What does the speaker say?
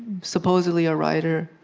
supposedly a writer,